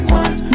one